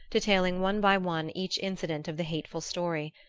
detailing one by one each incident of the hateful story,